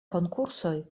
konkursoj